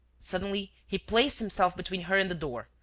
suddenly, he placed himself between her and the door.